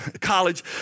college